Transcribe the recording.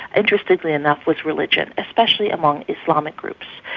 interestingly enough, was religion, especially among islamic groups.